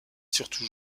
surtout